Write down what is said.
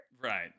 Right